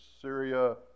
Syria